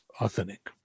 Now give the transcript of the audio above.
authentic